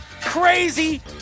crazy